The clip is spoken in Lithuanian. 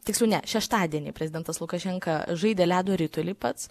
tiksliau ne šeštadienį prezidentas lukašenka žaidė ledo ritulį pats